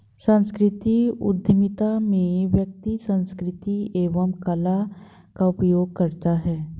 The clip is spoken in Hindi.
सांस्कृतिक उधमिता में व्यक्ति संस्कृति एवं कला का उपयोग करता है